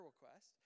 request